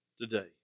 today